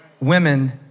women